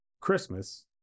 Christmas